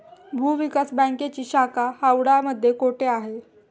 भूविकास बँकेची शाखा हावडा मध्ये कोठे आहे?